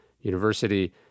University